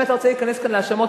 אם אתה רוצה להיכנס כאן להאשמות,